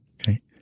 Okay